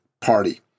party